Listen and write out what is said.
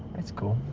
it's cool.